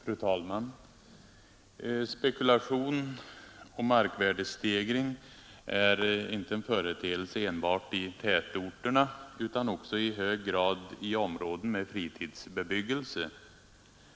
Fru talman! Spekulation och markvärdestegring förekommer inte enbart i tätorterna utan också i hög grad i områden med fritidsbebyggelse.